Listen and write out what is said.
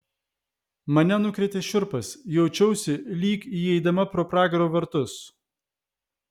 mane nukrėtė šiurpas jaučiausi lyg įeidama pro pragaro vartus